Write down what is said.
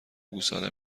گوساله